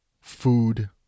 food